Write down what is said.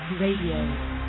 Radio